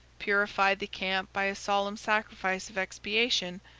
purified the camp by a solemn sacrifice of expiation,